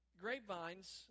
Grapevines